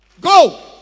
Go